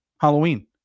Halloween